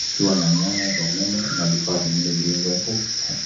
Kukiwa na nyaya za umeme na vifaa vingine vikiwa vimewekwa kutaani.